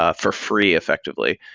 ah for free effectively.